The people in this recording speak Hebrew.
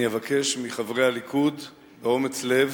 אני אבקש מחברי הליכוד באומץ לב